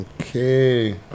Okay